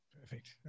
Perfect